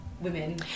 Women